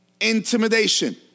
Intimidation